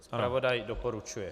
Zpravodaj doporučuje.